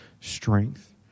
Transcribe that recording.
strength